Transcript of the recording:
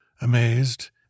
Amazed